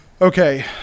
Okay